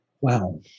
Wow